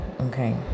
okay